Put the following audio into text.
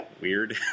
weird